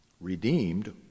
redeemed